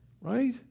right